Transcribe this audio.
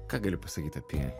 ką gali pasakyt apie